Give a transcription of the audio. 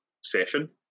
session